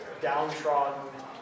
downtrodden